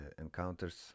encounters